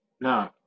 No